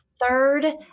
third